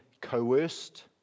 coerced